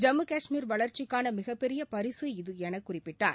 ஜம்மு காஷ்மீர் வளர்ச்சிக்கான மிகப்பெரிய பரிசு இது என குறிப்பிட்டார்